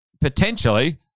Potentially